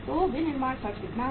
तो विनिर्माण खर्च कितना है